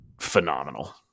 phenomenal